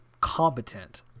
competent